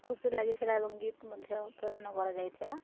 ଖୁସି ଲାଗିଥିଲା ଏବଂ ଗିଫ୍ଟ ମଧ୍ୟ ପ୍ରଦାନ କରାଯାଇଥିଲା